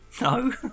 No